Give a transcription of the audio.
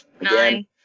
Nine